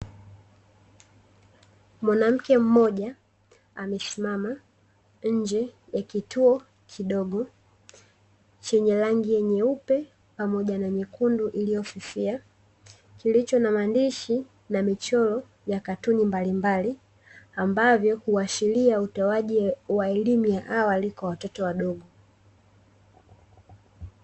Mwanamke mmoja amesimama nje ya kituo kidogo chenye rangi nyeupe pamoja na nyekundu iliyofifia, kilicho na maandishi na michoro ya katuni mbalimbali, ambavyo huashiria utoaji wa elimu ya awali kwa watoto wadogo.